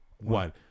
one